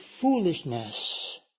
foolishness